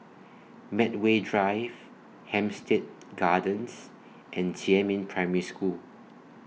Medway Drive Hampstead Gardens and Jiemin Primary School